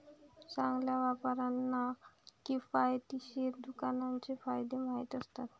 चांगल्या व्यापाऱ्यांना किफायतशीर दुकानाचे फायदे माहीत असतात